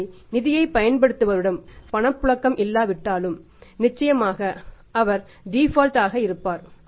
எனவே நிதியைப் பயன்படுத்துபவரிடம் பணப்புழக்கம் இல்லாவிட்டால் நிச்சயமாக அவர் டிபால்ட் ஆக இருப்பார்